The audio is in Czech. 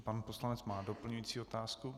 Pan poslanec má doplňující otázku.